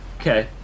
Okay